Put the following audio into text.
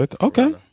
Okay